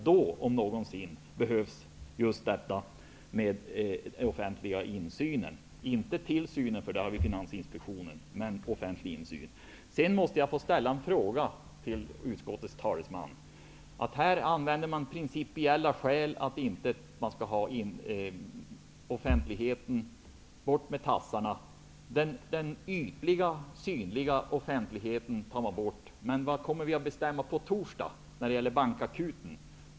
Då om någonsin behövs offentlig insyn, inte tillsyn, för det har Finansinspektionen. Jag måste få ställa en fråga till utskottets talesman. Här anges principiella skäl för att slopa offentligheten -- ''bort med tassarna''. Den ytliga, synliga offentligheten vill man ta bort, men vad kommer vi att bestämma på torsdag när det gäller Bankakuten?